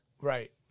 right